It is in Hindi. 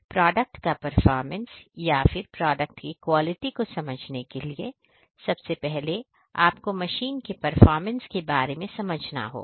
प्रोडक्ट का परफॉर्मेंस या फिर प्रोडक्ट की क्वालिटी को समझने के लिए सबसे पहले आपको मशीन के परफॉर्मेंस के बारे में समझना होगा